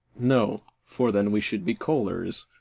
no, for then we should be colliers.